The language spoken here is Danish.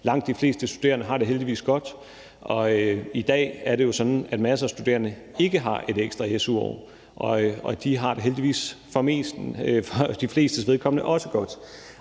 langt de fleste studerende har det heldigvis godt, og i dag er det jo sådan, at masser af studerende ikke har et ekstra su-år, og de har det heldigvis for de flestes vedkommende også godt.